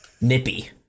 nippy